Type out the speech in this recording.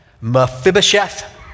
Mephibosheth